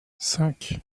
cinq